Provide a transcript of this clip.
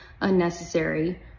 unnecessary